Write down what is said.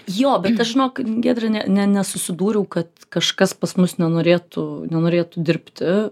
jo bet aš žinok giedre ne nesusidūriau kad kažkas pas mus nenorėtų nenorėtų dirbti